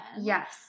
yes